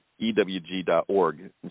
ewg.org